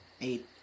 Eight